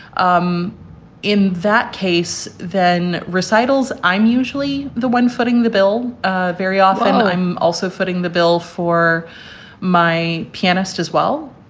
um in that case, then recitals. i'm usually the one footing the bill ah very often. and i'm also footing the bill for my pianist as well.